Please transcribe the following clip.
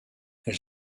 elle